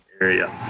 area